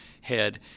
head